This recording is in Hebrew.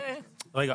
כרגע.